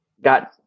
got